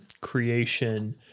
creation